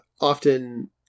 often